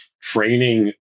training